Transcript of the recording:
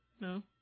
No